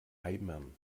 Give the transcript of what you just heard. eimern